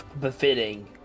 befitting